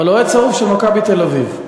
אבל אוהד שרוף של "מכבי תל-אביב"?